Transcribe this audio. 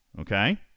Okay